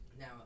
Now